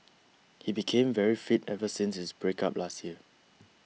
he became very fit ever since his breakup last year